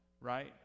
right